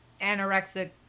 anorexic